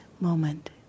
moment